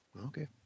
Okay